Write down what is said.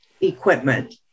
equipment